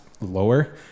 lower